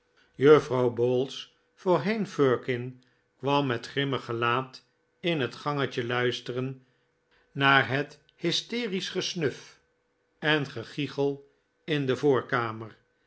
juffrouw bowls voorheen firkin kwam met grimmig gelaat in het gangetje luisteren naar het mysterisch gesnuf en gegichel in de voorkamer